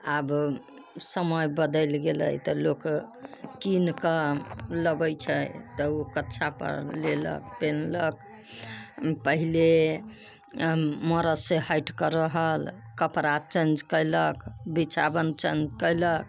आब समय बदलि गेलै तऽ लोक कीनके लबै छै तऽ उ कच्छापर लेलक लेलक पेन्हलक पहिले मरदसँ हटि कऽ रहल कपड़ा चेंज कयलक बिछावन चेंज कयलक